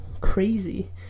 Crazy